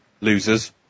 losers